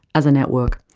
as a network,